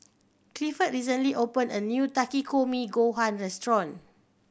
Clifford recently opened a new Takikomi Gohan Restaurant